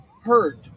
hurt